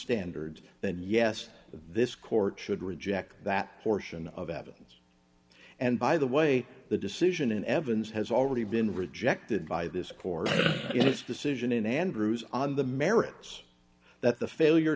standards then yes this court should reject that portion of evidence and by the way the decision in evans has already been rejected by this court in its decision in andrew's on the merits that the failure